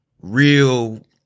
real